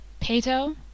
Pato